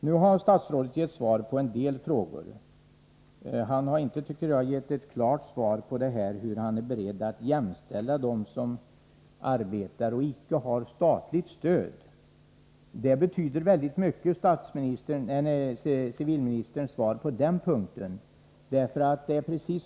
Nu har statsrådet gett svar på en del frågor. Men han har inte, tycker jag, gett ett klart svar på vad han är beredd att göra för att jämställa dem som arbetar utan att ha statligt stöd. Civilministerns svar på den punkten betyder väldigt mycket.